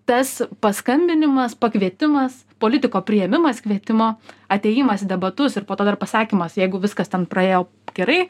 tas paskambinimas pakvietimas politiko priėmimas kvietimo atėjimas į debatus ir po to dar pasakymas jeigu viskas ten praėjo gerai